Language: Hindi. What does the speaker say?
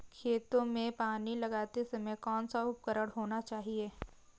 खेतों में पानी लगाते समय कौन सा उपकरण होना चाहिए?